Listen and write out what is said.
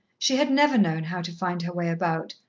she had never known how to find her way about,